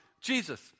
Jesus